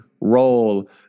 role